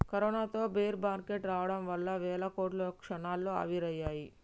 కరోనాతో bear market రావడం వల్ల వేల కోట్లు క్షణాల్లో ఆవిరయ్యాయి